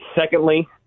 Secondly